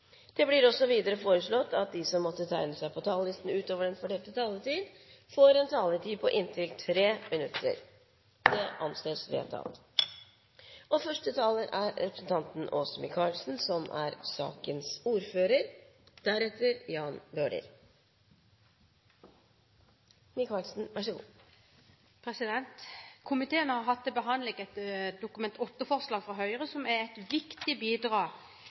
Videre blir det foreslått at de som måtte tegne seg på talerlisten utover den fordelte taletid, får en taletid på inntil 3 minutter. – Det anses vedtatt. Komiteen har hatt til behandling et Dokument 8-forslag fra Høyre, som er et viktig bidrag